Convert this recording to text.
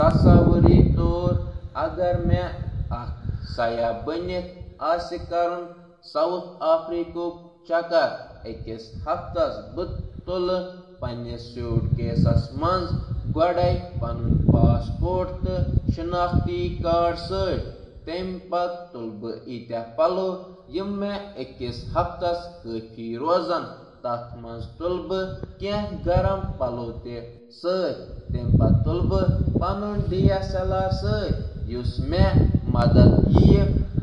تصور کٔرِو، اگر بہٕ أکِس ہفتَس خٲطرٕ بطورِ سیاح جنوبی افریقہ گژھان۔ بہٕ کَرٕ اکھ سوٹ کیس پیک یتھ منٛز بہٕ پنُن پاسپورٹ، شناختی کارڈ تھاوان تہٕ کینٛہہ گرم پلو تُلان تہٕ بہٕ نِنہٕ D S L R camera